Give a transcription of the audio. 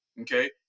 okay